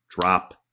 drop